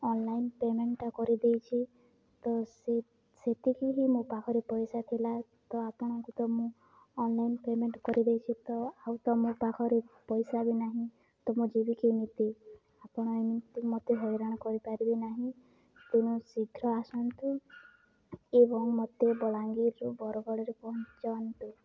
online ପେମେଣ୍ଟ୍ଟା କରିଦେଇଛି ତ ସେ ସେତିକି ହିଁ ମୋ ପାଖରେ ପଇସା ଥିଲା ତ ଆପଣଙ୍କୁ ତ ମୁଁ ଅନଲାଇନ୍ ପେମେଣ୍ଟ୍ କରିଦେଇଛିି ତ ଆଉ ତ ମୋ ପାଖରେ ପଇସା ବି ନାହିଁ ତ ମୁଁ ଯିବିି କେମିତି ଆପଣ ଏମିତି ମୋତେ ହଇରାଣ କରିପାରିବେ ନାହିଁ ତେଣୁ ଶୀଘ୍ର ଆସନ୍ତୁ ଏବଂ ମୋତେ ବଲାଙ୍ଗୀର୍ରୁ ବରଗଡ଼ରେ ପହଁଞ୍ଚନ୍ତୁ